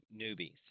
newbies